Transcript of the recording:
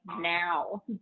now